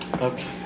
Okay